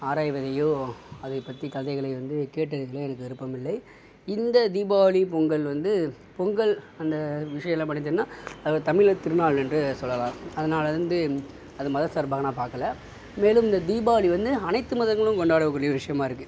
ஆராய்வதையோ அதை பற்றி கதைகளை வந்து கேட்டு அறிவதிலோ எனக்கு விருப்பமில்லை இந்த தீபாவளி பொங்கல் வந்து பொங்கல் அந்த விஷயமெலாம் அது தமிழரின் திருநாள் என்று சொல்லலாம் அதனால் அது வந்து அது மத சார்பாக நான் பார்க்கல மேலும் இந்த தீபாவளி வந்து அனைத்து மதங்களும் கொண்டாட கூடிய விஷயமாக இருக்குது